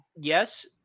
Yes